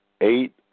eight